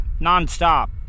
nonstop